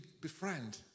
befriend